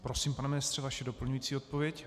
Prosím, pane ministře, vaše doplňující odpověď.